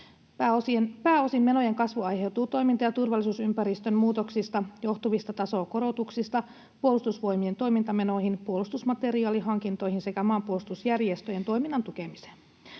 Pääosin menojen kasvu aiheutuu toiminta- ja turvallisuusympäristön muutoksista johtuvista tasokorotuksista Puolustusvoimien toimintamenoihin, puolustusmateriaalihankintoihin sekä maanpuolustusjärjestöjen toiminnan tukemiseen.